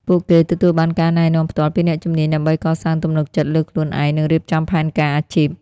ពួកគេទទួលបានការណែនាំផ្ទាល់ពីអ្នកជំនាញដើម្បីកសាងទំនុកចិត្តលើខ្លួនឯង និងរៀបចំផែនការអាជីព។